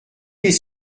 les